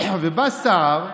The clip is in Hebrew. בא סער,